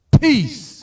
Peace